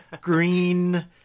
Green